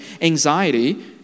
anxiety